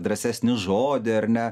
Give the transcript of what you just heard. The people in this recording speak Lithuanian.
drąsesnį žodį ar ne